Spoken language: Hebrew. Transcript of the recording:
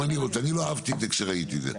אני לא אהבתי את זה כשראיתי את זה,